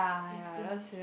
it's students